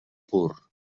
pur